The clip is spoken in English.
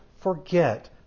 forget